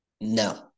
No